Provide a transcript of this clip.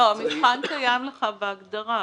המבחן קיים בהגדרה.